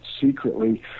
secretly